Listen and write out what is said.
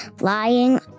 Lying